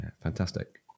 fantastic